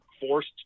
forced